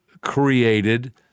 created